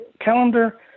calendar